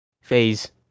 Phase